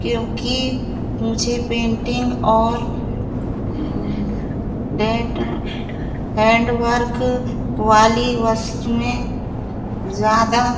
क्योंकि मुझे पेंटिंग और डेट हैंडवर्क वाली वस्तुएँ ज़्यादा